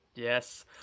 Yes